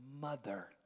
mother